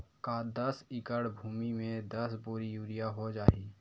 का दस एकड़ भुमि में दस बोरी यूरिया हो जाही?